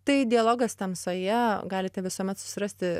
tai dialogas tamsoje galite visuomet susirasti